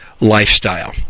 lifestyle